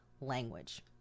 language